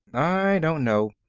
i don't know.